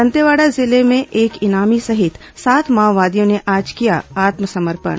दंतेवाड़ा जिले में एक इनामी सहित सात माओवादियों ने आज किया आत्मसमर्पण